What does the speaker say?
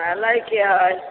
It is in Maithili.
हँ लयके हए